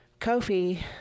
Kofi